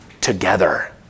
together